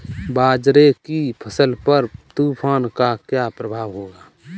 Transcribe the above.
बाजरे की फसल पर तूफान का क्या प्रभाव होगा?